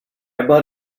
about